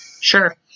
sure